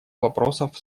вопросов